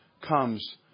comes